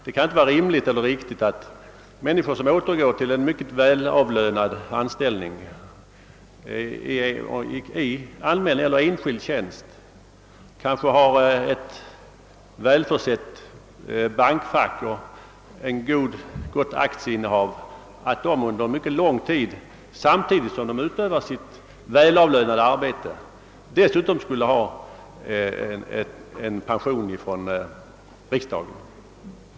Det kan inte vara rimligt eller riktigt att människor som återgår till en mycket välavlönad anställning i allmän eller enskild tjänst, som kanske har ett välfyllt bankfack och ett gott aktieinnehav, under myc ket lång tid — samtidigt som de utövar sitt välavlönade arbete — dessutom skulle uppbära pension från riksdagen.